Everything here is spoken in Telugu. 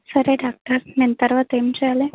సరే డాక్టర్ నేను తర్వాత ఏం చేయాలి